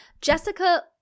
Jessica